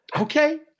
Okay